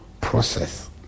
process